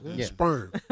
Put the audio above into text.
sperm